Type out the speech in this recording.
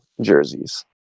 jerseys